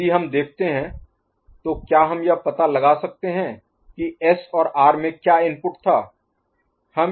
यदि हम देखते हैं तो क्या हम यह पता लगा सकते हैं कि S और R में क्या इनपुट था